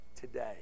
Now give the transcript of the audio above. today